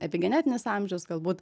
epigenetinis amžius galbūt